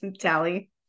tally